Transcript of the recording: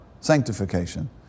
sanctification